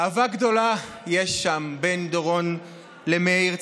אהבה גדולה יש שם בין דורון למאיר.